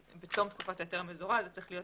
בתום תקופת ההיתר המזורז וזה צריך להיות